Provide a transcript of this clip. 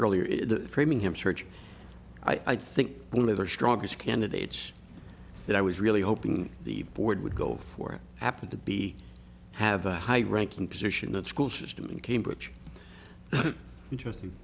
the framingham church i think one of our strongest candidates that i was really hoping the board would go for happened to be have a high ranking position that school system in cambridge interesting